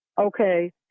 Okay